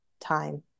time